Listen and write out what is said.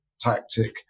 tactic